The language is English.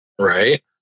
Right